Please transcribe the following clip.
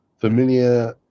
familiar